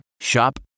Shop